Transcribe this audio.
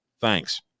Thanks